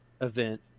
event